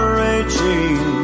raging